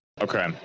Okay